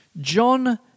John